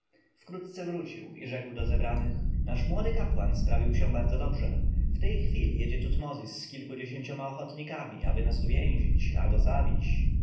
wkrótce wrócił i rzekł do zebranych nasz młody kapłan sprawił się bardzo dobrze w tej chwili jedzie tutmozis z kilkudziesięcioma ochotnikami aby nas uwięzić albo zabić